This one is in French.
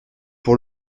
pour